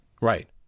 Right